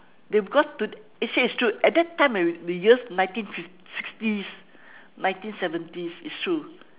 they because to actually it's true at that time when we years ninety fifty sixties ninety seventies it's true